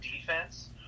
defense